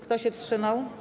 Kto się wstrzymał?